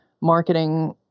marketing